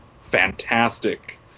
fantastic